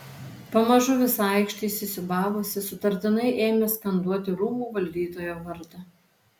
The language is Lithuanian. pamažu visa aikštė įsisiūbavusi sutartinai ėmė skanduoti rūmų valdytojo vardą